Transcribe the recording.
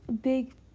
big